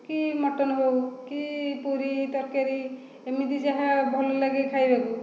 କି ମଟନ ହେଉ କି ପୁରୀ ତରକାରୀ ଏମିତି ଯାହା ଭଲ ଲାଗେ ଖାଇବାକୁ